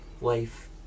life